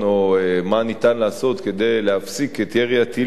או מה ניתן לעשות כדי להפסיק את ירי הטילים,